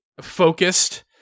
focused